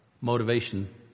motivation